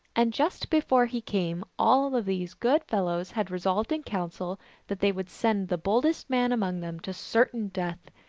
and just before he came all of these good fellows had resolved in council that they would send the bold est man among them to certain death,